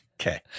Okay